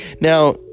Now